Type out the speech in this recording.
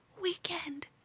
Weekend